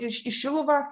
iš į šiluvą